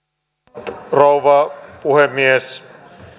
arvoisa rouva puhemies